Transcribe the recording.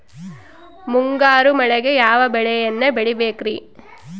ಮುಂಗಾರು ಮಳೆಗೆ ಯಾವ ಬೆಳೆಯನ್ನು ಬೆಳಿಬೇಕ್ರಿ?